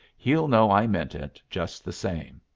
he'll know i meant it just the same.